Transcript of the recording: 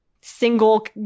single